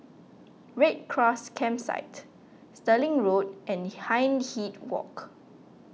Red Cross Campsite Stirling Road and Hindhede Walk